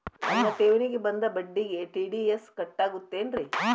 ನನ್ನ ಠೇವಣಿಗೆ ಬಂದ ಬಡ್ಡಿಗೆ ಟಿ.ಡಿ.ಎಸ್ ಕಟ್ಟಾಗುತ್ತೇನ್ರೇ?